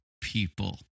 people